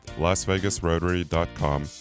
lasvegasrotary.com